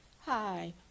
hi